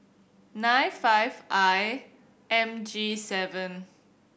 nine five I M G seven